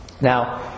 Now